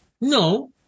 No